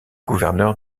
gouverneur